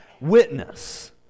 witness